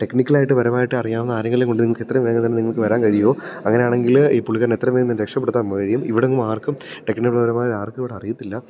technical ആയിട്ട് പരമായിട്ട് അറിയാവുന്ന ആരെങ്കിലും കൊണ്ട് നിങ്ങൾക്ക് എത്രയുംവേഗംതന്നെ നിങ്ങൾക്ക് വരാൻ കഴിയുമോ അങ്ങനെയാണെങ്കിൽ ഈ പുള്ളിക്കാരനെ എത്രയുംവേഗം ഒന്ന് രക്ഷപ്പെടുത്താൻ കഴിയും ഇവിടെങ്ങും ആർക്കും ടെക്നിക്കൽപരമായിട്ട് ആർക്കും ഇവിടെ അറിയത്തില്ല